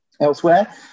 Elsewhere